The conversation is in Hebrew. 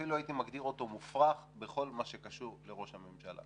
אפילו הייתי מגדיר אותו מופרך בכל מה שקשור לראש הממשלה.